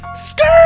Skirt